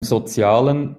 sozialen